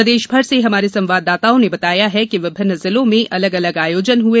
प्रदेश भर से हमारे संवाददाताओं ने बताया है कि विभिन्न जिलों में अलग अलग आयोजन हुए